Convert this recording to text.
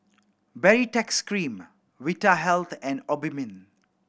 Baritex Cream Vitahealth and Obimin